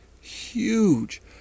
huge